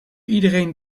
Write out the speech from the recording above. iedereen